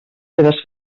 seves